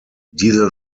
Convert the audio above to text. diese